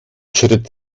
schritt